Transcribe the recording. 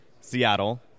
Seattle